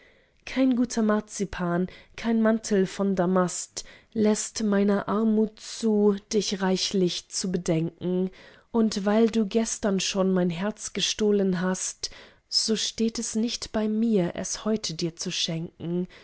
kein guter marzipan kein mantel von damast läßt meiner armut zu dich reichlich zu bedenken und weil du gestern schon mein herz gestohlen hast so steht es nicht bei mir es heute dir zu schenken